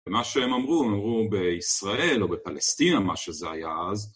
ומה שהם אמרו, הם אמרו בישראל או בפלסטינה, מה שזה היה אז,